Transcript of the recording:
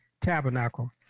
tabernacle